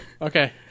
Okay